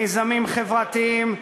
מיזמים חברתיים,